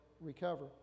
recover